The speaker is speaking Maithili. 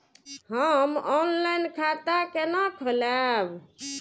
हम ऑनलाइन खाता केना खोलैब?